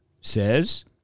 says